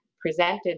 presented